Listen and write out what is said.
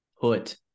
put